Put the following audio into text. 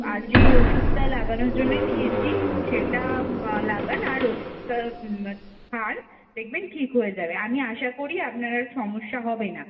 আর যেই ওষুধটা লাগানোর জন্যে দিয়েছি সেটা লাগান আর ওষুধটা খান দেখবেন ঠিক হয়ে যাবে আমি আশা করি আপনার আর সমস্যা হবে না